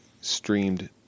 streamed